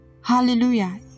Hallelujah